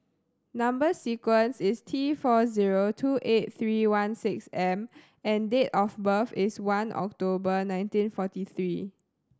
number sequence is T four zero two eight three one six M and date of birth is one October nineteen forty three